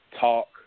talk